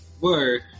word